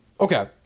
okay